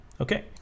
Okay